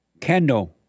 Kendall